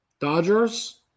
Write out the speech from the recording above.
Dodgers